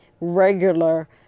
regular